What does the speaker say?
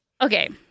okay